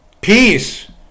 Peace